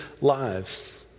lives